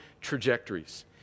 trajectories